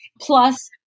plus